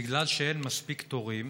בגלל שאין מספיק תורים,